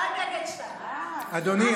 אדוני,